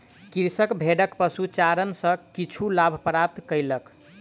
कृषक भेड़क पशुचारण सॅ किछु लाभ प्राप्त कयलक